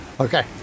Okay